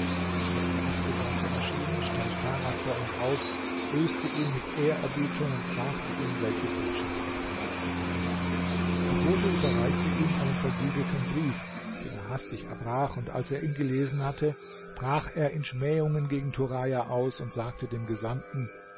als der abgesandte erschien stand tarad vor ihm auf grüßte ihn mit ehrerbietung und fragte ihn welche botschaft er bringe der bote überreichte ihm einen versiegelten brief den er hastig erbrach und als er ihn gelesen hatte brach er in schmähungen gegen turaja aus und sägte dem gesandten